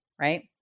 right